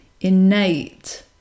innate